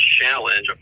challenge